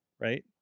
right